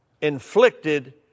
inflicted